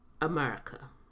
America